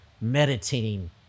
meditating